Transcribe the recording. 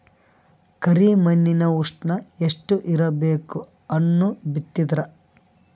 ಕರಿ ಮಣ್ಣಿನ ಉಷ್ಣ ಎಷ್ಟ ಇರಬೇಕು ಹಣ್ಣು ಬಿತ್ತಿದರ?